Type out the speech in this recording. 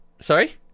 Sorry